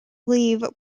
leave